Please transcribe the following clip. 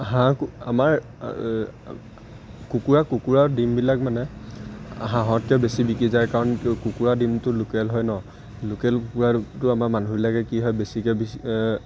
হাঁহ আমাৰ কুকুৰা কুকুৰাৰ ডিমবিলাক মানে হাঁহতকৈ বেছি বিকি যায় কাৰণ কুকুৰাৰ ডিমটো লোকেল হয় ন লোকেল কুকুৰাটো আমাৰ মানুহবিলাকে কি হয় বেছিকৈ